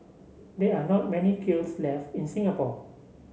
there are not many kilns left in Singapore